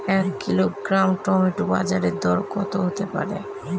এক kilogram tomato বাজের দরকত হতে পারে?